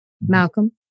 Malcolm